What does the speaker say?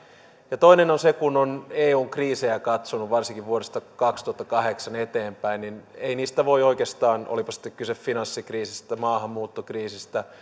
toinen on se että kun on eun kriisejä katsonut varsinkin vuodesta kaksituhattakahdeksan eteenpäin ei niistä voi oikeastaan olipa sitten kyse finanssikriisistä maahanmuuttokriisistä